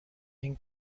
این